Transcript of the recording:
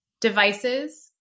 devices